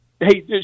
Hey